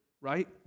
right